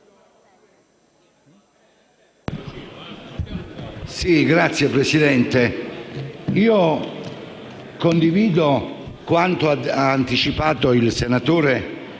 Signor Presidente, condivido quanto ha anticipato il senatore